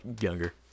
younger